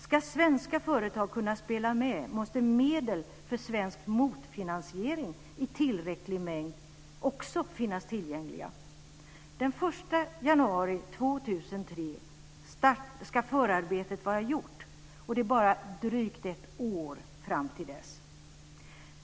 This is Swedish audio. Ska svenska företag kunna spela med måste medel för svensk motfinansiering i tillräcklig mängd också finnas tillgängliga. Den 1 januari 2003 ska förarbetet vara gjort. Det är bara drygt ett år fram till dess.